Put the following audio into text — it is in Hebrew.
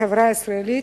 בחברה הישראלית,